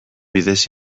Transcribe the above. bidez